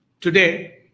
Today